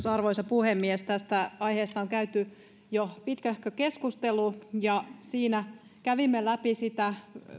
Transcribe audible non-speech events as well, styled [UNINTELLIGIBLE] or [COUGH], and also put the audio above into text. [UNINTELLIGIBLE] arvoisa puhemies tästä aiheesta on käyty jo pitkähkö keskustelu ja siinä kävimme läpi sitä